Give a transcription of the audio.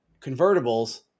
Convertibles